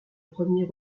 premier